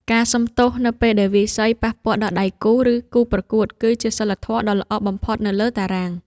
ការសុំទោសនៅពេលដែលវាយសីប៉ះពាល់ដល់ដៃគូ ឬគូប្រកួត គឺជាសីលធម៌ដ៏ល្អបំផុតនៅលើតារាង។